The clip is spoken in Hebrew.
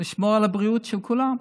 לשמור על הבריאות של כולם,